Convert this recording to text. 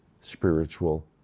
spiritual